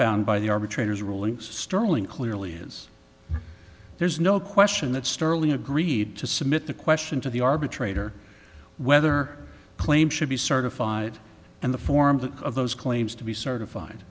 bound by the arbitrators rulings sterling clearly is there's no question that sterling agreed to submit the question to the arbitrator whether claim should be certified and the form of those claims to be